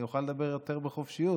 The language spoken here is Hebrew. אני אוכל לדבר יותר בחופשיות.